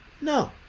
No